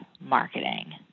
marketing